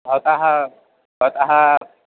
भवतः भवतः